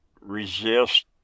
resist